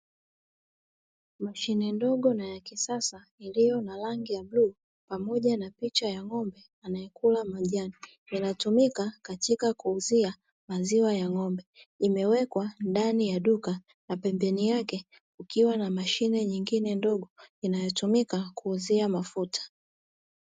Mashine ndogo na ya kisasa iliyo na rangi ya bluu pamoja na picha ya ng'ombe anaye kula majani yanatumika katika kuuzia maziwa ya ng'ombe, imewekwa ndani ya duka na pembeni yake kukiwa na mashine nyingine ndogo inayotumika kuuzia mafuta.